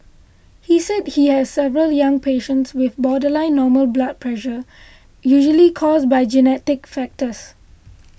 he said he has several young patients with borderline normal blood pressure usually caused by genetic factors